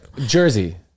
Jersey